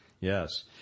Yes